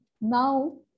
now